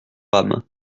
âme